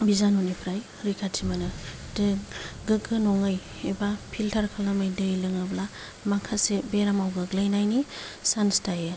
बिजानुनिफ्राय रैखाथि मोनो गोगो नङै एबा फिल्टार खालामै दै लोङोब्ला माखासे बेरामाव गोग्लैनायनि सान्स थायो